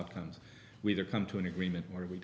outcomes we either come to an agreement where we